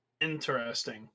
Interesting